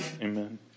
Amen